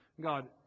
God